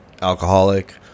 alcoholic